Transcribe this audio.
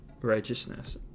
righteousness